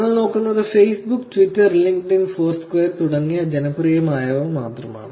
നിങ്ങൾ നോക്കുന്നത് Facebook Twitter LinkedIn Foursquare തുടങ്ങിയ ജനപ്രിയമായവ മാത്രമാണ്